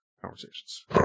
conversations